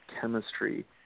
chemistry